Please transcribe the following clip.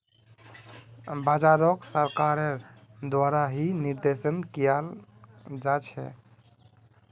बाजारोक सरकारेर द्वारा ही निर्देशन कियाल जा छे